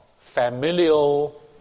Familial